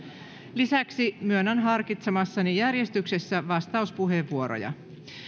lisäksi myönnän harkitsemassani järjestyksessä vastauspuheenvuoroja